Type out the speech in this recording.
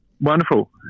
wonderful